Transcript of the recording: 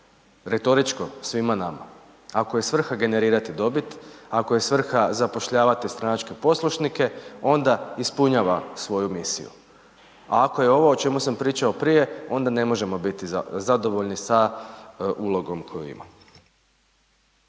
Retoričko, svima nama. Ako je svrha generirati dobit, ako je svrha zapošljavati stranačke poslušnike, onda ispunjava svoju misiju. A ako je ovo o čemu sam pričao prije, onda ne možemo biti zadovoljni sa ulogom koju ima.